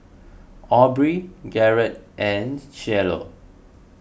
Aubrey Garett and Cielo